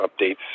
updates